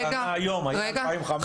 היום, היום 2,500. רגע.